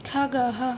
खगः